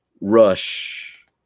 rush